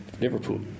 Liverpool